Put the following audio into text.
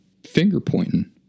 finger-pointing